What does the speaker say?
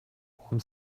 baum